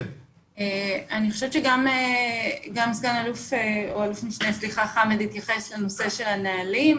אני חושבת שגם אלוף משנה חאמד התייחס לנושא של הנהלים.